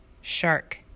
Shark